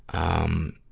um,